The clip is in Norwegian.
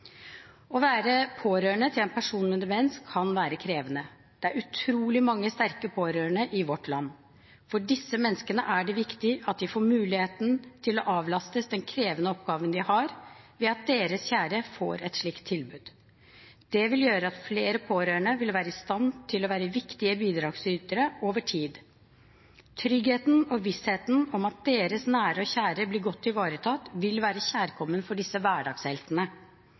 Å være pårørende til en person med demens kan være krevende. Det er utrolig mange sterke pårørende i vårt land. For disse menneskene er det viktig at de får muligheten til å bli avlastet for den krevende oppgaven de har, ved at deres kjære får et slikt tilbud. Det vil gjøre at flere pårørende vil være i stand til å være viktige bidragsytere over tid. Tryggheten og vissheten om at deres nære og kjære blir godt ivaretatt, vil være kjærkomment for disse hverdagsheltene.